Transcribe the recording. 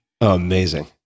Amazing